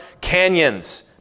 canyons